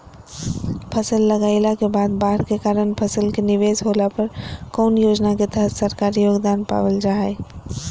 फसल लगाईला के बाद बाढ़ के कारण फसल के निवेस होला पर कौन योजना के तहत सरकारी योगदान पाबल जा हय?